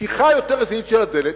פתיחה יותר רצינית של הדלת,